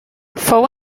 fou